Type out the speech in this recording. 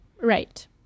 Right